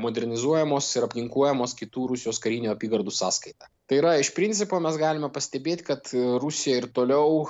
modernizuojamos ir aptinkuojamos kitų rusijos karinių apygardų sąskaita tai yra iš principo mes galime pastebėt kad rusija ir toliau